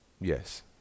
Yes